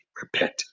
Repent